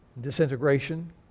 disintegration